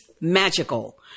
magical